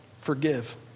forgive